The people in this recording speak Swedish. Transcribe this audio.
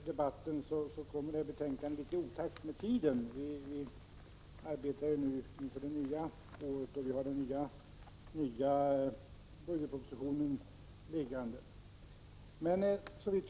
Herr talman! Som redan har sagts i debatten kommer detta betänkande i otakt med tiden. Det är ju ett nytt år med en ny budgetproposition.